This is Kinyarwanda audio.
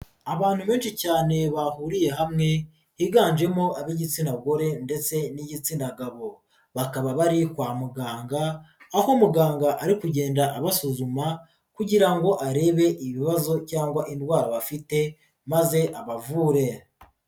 Abantu benshi cyane bahuriye hamwe higanjemo ab'igitsina gore ndetse n'igitsina gabo, bakaba bari kwa muganga, aho muganga ari kugenda abasuzuma kugira ngo arebe ibibazo cyangwa indwara bafite maze abavure.